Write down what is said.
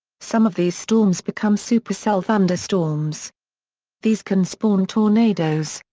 some of these storms become supercell thunderstorms these can spawn tornadoes,